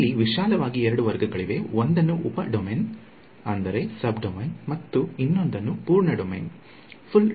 ಇಲ್ಲಿ ವಿಶಾಲವಾಗಿ ಎರಡು ವರ್ಗಗಳಿವೆ ಒಂದನ್ನು ಉಪ ಡೊಮೇನ್ ಮತ್ತು ಇನ್ನೊಂದನ್ನು ಪೂರ್ಣ ಡೊಮೇನ್ ಎಂದು ಕರೆಯಲಾಗುತ್ತದೆ